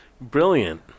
Brilliant